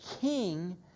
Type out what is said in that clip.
king